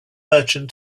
merchant